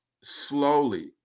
slowly